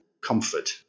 comfort